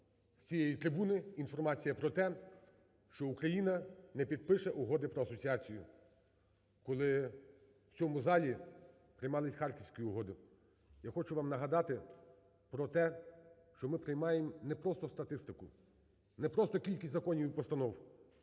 з цієї трибуни інформація про те, що Україна не підпише Угоди про асоціацію, коли в цьому залі приймались Харківські угоди. Я хочу вам нагадати про те, що ми приймаємо не просто статистику, не просто кількість законів і постанов,